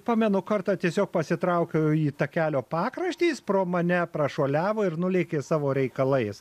pamenu kartą tiesiog pasitraukiau į takelio pakraštį jis pro mane prašuoliavo ir nulėkė savo reikalais